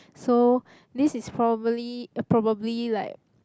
so this is probably~ uh probably like